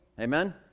Amen